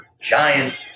giant